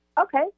okay